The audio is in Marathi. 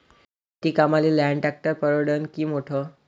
शेती कामाले लहान ट्रॅक्टर परवडीनं की मोठं?